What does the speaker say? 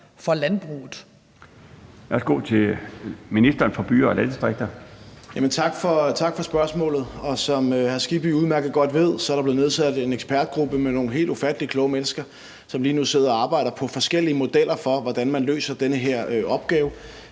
og landdistrikter. Kl. 14:00 Ministeren for byer og landdistrikter (Morten Dahlin): Tak for spørgsmålet. Som hr. Hans Kristian Skibby udmærket godt ved, er der nedsat en ekspertgruppe med nogle helt ufattelig kloge mennesker, som lige nu sidder og arbejder på forskellige modeller for, hvordan man løser den her opgave.